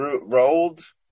rolled